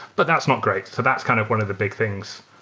but that's not great. so that's kind of one of the big things,